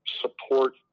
support